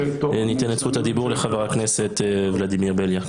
ניתן את זכות הדיבור לחבר הכנסת ולדימיר בליאק,